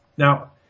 Now